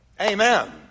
Amen